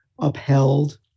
upheld